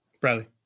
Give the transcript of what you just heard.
Bradley